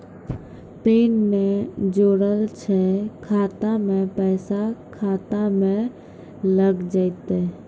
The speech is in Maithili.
पैन ने जोड़लऽ छै खाता मे पैसा खाता मे लग जयतै?